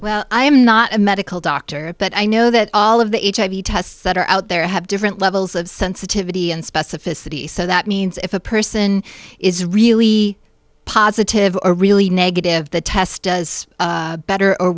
well i am not a medical doctor but i know that all of the hiv tests that are out there have different levels of sensitivity and specificity so that means if a person is really positive a really negative the test does better or